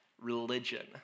religion